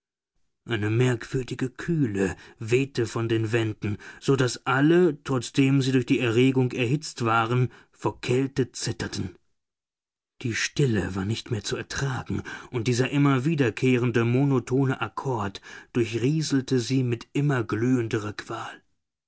eine merkwürdige kühle wehte von den wänden so daß alle trotzdem sie durch die erregung erhitzt waren vor kälte zitterten die stille war nicht mehr zu ertragen und dieser immer wiederkehrende monotone akkord durchrieselte sie mit immer glühenderer qual